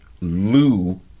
Lou